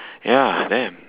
ya damn